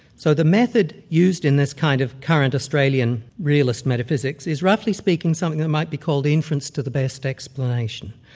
so, the method used in this kind of current australian realist metaphysics is roughly speaking, something that might be called inference to the best explanation.